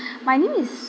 my name is